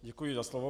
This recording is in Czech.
Děkuji za slovo.